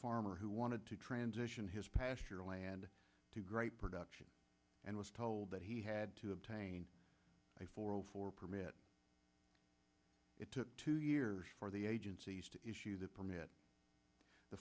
farmer who wanted to transition his pasture land to great production and was told that he had to obtain a four hundred four permit it took two years for the agencies to issue the permit the